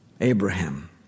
Abraham